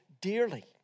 dearly